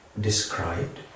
described